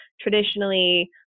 Traditionally